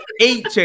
eight